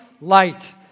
light